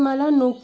हां हां